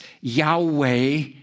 Yahweh